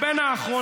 או בין האחרונות,